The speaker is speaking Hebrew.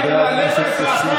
חבר הכנסת כסיף, שב,